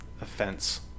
offense